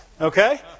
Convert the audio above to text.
Okay